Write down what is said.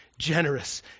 generous